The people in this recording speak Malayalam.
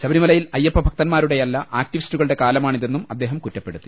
ശബ്ബരിമലയിൽ അയ്യപ്പഭക്ത ന്മാരുടെയല്ല ആക്ടിവിസ്റ്റുകളുടെ കാലമാണിതെന്നും അദ്ദേഹം കുറ്റപ്പെടുത്തി